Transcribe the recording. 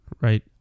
right